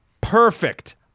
perfect